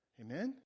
Amen